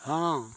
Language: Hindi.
हाँ